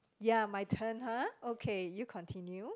ya my turn ha okay you continue